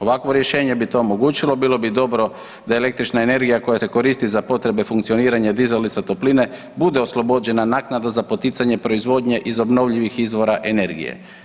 Ovakvo rješenje bi to omogućilo bilo di dobro da električna energija koja se koristi za potrebe funkcioniranja dizalica topline bude oslobođena naknada za poticanje proizvodnje iz obnovljivih izvora energije.